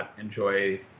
enjoy